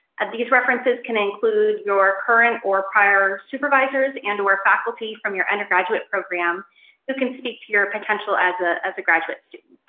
and these references can iclude your current or prior supervisors and or faculty from your undergraduate program who can speak to your potential as ah as a graduate student.